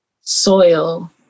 soil